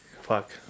fuck